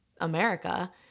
America